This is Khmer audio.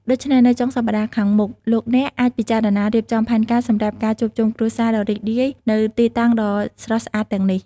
ដូច្នេះនៅចុងសប្តាហ៍ខាងមុខ លោកអ្នកអាចពិចារណារៀបចំផែនការសម្រាប់ការជួបជុំគ្រួសារដ៏រីករាយនៅទីតាំងដ៏ស្រស់ស្អាតទាំងនេះ។